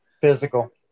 Physical